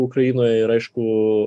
ukrainoje ir aišku